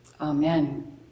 Amen